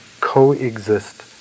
coexist